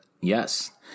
Yes